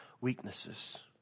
weaknesses